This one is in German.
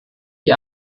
die